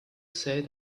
said